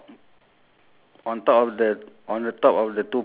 so there is two guys right on the left o~ on the left holding the the